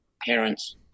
parents